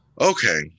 Okay